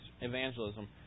evangelism